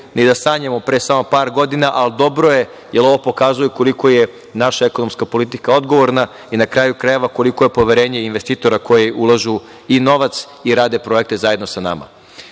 ni da sanjamo pre samo par godina, ali dobro je, jer ovo pokazuje koliko je naša ekonomska politika odgovorna i, na kraju krajeva, koliko je poverenje investitora koji ulažu i novac i rade projekte zajedno sa nama. Vi